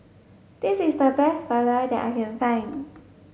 this is the best Vadai that I can find